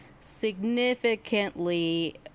significantly